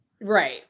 Right